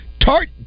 Tart